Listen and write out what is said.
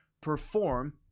perform